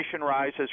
rises